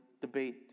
debate